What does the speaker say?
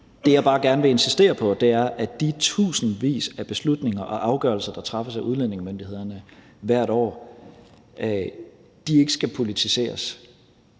Det, jeg bare gerne vil insistere på, er, at de tusindvis af beslutninger og afgørelser, der træffes af udlændingemyndighederne hvert år, ikke skal politiseres.